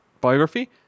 biography